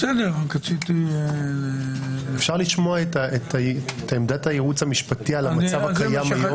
אפשר לפני כן לשמוע את עמדת הייעוץ המשפטי על המצב הקיים היום.